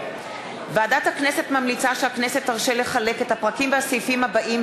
ועדת הכנסת ממליצה שהכנסת תרשה לחלק את הפרקים והסעיפים הבאים,